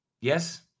Yes